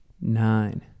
nine